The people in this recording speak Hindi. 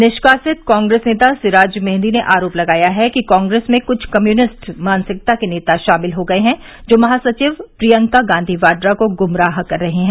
निष्कासित कांग्रेस नेता सिराज मेहदी ने आरोप लगाया है कि कांग्रेस में कुछ कम्युनिस्ट मानसिकता के नेता शामिल हो गये हैं जो महासचिव प्रियका गांधी वाड्रा को ग्मराह कर रहे है